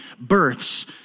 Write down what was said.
births